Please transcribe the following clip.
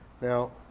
now